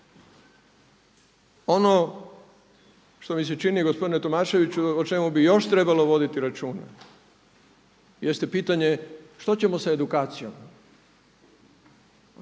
Ono što mi se čini gospodine Tomaševiću o čemu bi još trebalo voditi računa jeste pitanje što ćemo sa edukacijom.